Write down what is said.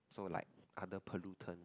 so like other pollutant